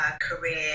Career